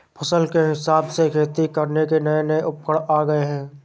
फसल के हिसाब से खेती करने के नये नये उपकरण आ गये है